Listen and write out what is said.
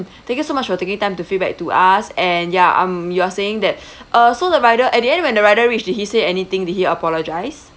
thank you so much for taking time to feedback to us and ya um you're saying that uh so the rider at the end when the rider reached did he say anything did he apologize